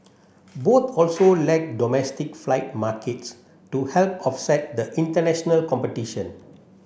both also lack domestic flight markets to help offset the international competition